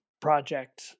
project